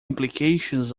implications